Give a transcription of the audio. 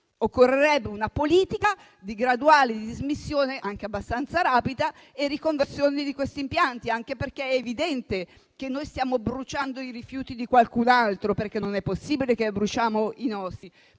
Occorrerebbe una politica di graduale dismissione, anche abbastanza rapida, e riconversioni di questi impianti, anche perché è evidente che noi stiamo bruciando i rifiuti di qualcun altro, perché non è possibile che bruciamo i nostri.